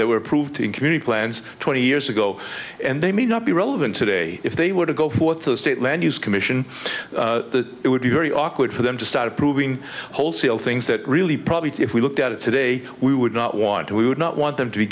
they were approved in community plans twenty years ago and they may not be relevant today if they were to go forth the state land use commission it would be very awkward for them to start approving wholesale things that really probably if we looked at it today we would not want to we would not want them to be